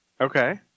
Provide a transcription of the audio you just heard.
okay